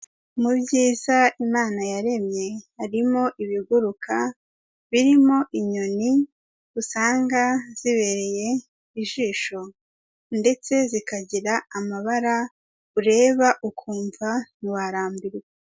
Mu byiza Imana yaremye harimo ibiguruka birimo inyoni usanga zibereye ijisho, ndetse zikagira amabara ureba ukumva ntiwarambirwa.